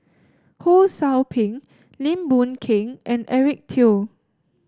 Ho Sou Ping Lim Boon Keng and Eric Teo